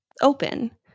open